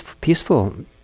peaceful